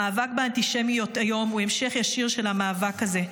המאבק באנטישמיות היום הוא המשך ישיר של המאבק הזה.